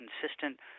consistent